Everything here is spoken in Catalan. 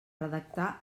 redactar